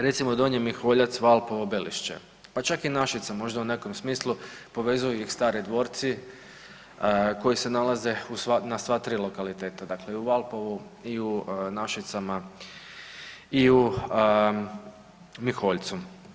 Recimo Donji Miholjac, Valpovo, Belišće pa čak i Našice u možda u nekom smislu povezuju ih stari dvorci koji se nalaze na sva tri lokaliteta dakle, u Valpovu, i u Našicama i u Miholjcu.